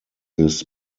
this